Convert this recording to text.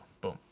boom